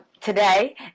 today